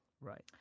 Right